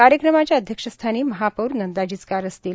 कार्यक्रमाच्या अध्यक्षस्थानी महापौर नंदा जिचकार राहतील